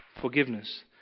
forgiveness